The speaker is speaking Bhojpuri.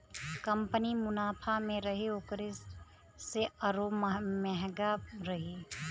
कंपनी मुनाफा मे रही ओकर सेअरो म्हंगा रही